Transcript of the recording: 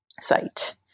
site